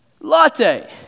latte